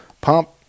Pump